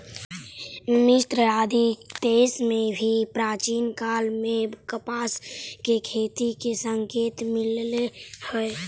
मिस्र आदि देश में भी प्राचीन काल में कपास के खेती के संकेत मिलले हई